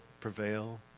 prevail